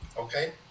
okay